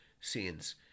scenes